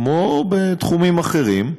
כמו בתחומים אחרים,